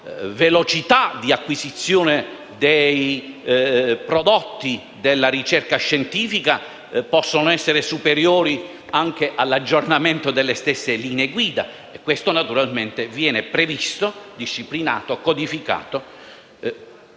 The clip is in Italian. velocità di acquisizione dei prodotti della ricerca scientifica può essere superiore all'aggiornamento delle stesse linee guida; e questo naturalmente viene previsto, disciplinato e codificato.